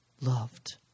loved